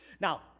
Now